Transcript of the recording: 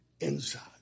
inside